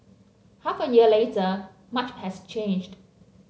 half a year later much has changed